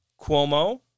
Cuomo